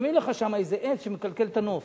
ושמים לך שמה איזה העץ שמקלקל את הנוף.